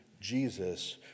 Jesus